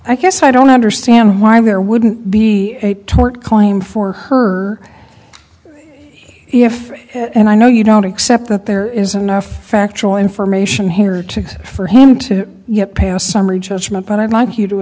i guess i don't understand why there wouldn't be a tort claim for her if and i know you don't except that there isn't enough factual information here to for him to get past summary judgment but i'd like you to